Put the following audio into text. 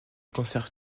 conserve